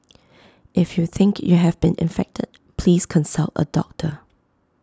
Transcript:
if you think you have been infected please consult A doctor